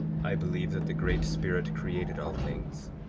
i believe that the great spirit created all things,